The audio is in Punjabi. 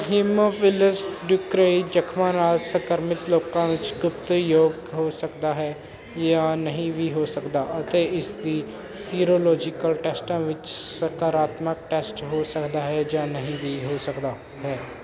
ਹੀਮੋਫਿਲਸ ਡੂਕ੍ਰੇਈ ਜਖਮਾਂ ਨਾਲ ਸੰਕਰਮਿਤ ਲੋਕਾਂ ਵਿੱਚ ਗੁਪਤ ਯੌਜ਼ ਹੋ ਸਕਦਾ ਹੈ ਜਾਂ ਨਹੀਂ ਵੀ ਹੋ ਸਕਦਾ ਅਤੇ ਇਸ ਦੀ ਸੀਰੋਲੌਜੀਕਲ ਟੈਸਟਾਂ ਵਿੱਚ ਸਕਾਰਾਤਮਕ ਟੈਸਟ ਹੋ ਸਕਦਾ ਹੈ ਜਾਂ ਨਹੀਂ ਵੀ ਹੋ ਸਕਦਾ ਹੈ